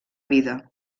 vida